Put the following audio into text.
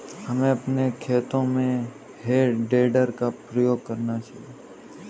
हमें अपने खेतों में हे टेडर का प्रयोग करना चाहिए